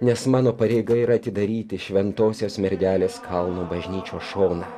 nes mano pareiga yra atidaryti šventosios mergelės kalno bažnyčios šoną